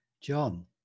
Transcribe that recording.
John